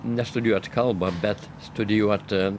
ne studijuot kalbą bet studijuot